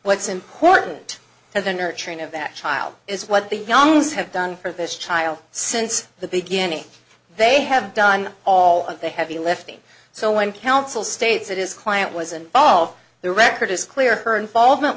what's important to the nurturing of that child is what the youngs have done for this child since the beginning they have done all of the heavy lifting so when council states it is client was involved the record is clear her involvement